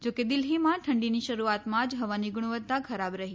જો કે દિલ્હીમાં ઠંડીની શરૂઆતમાં જ હવાની ગુણવત્તા ખરાબ રહી